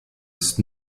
ist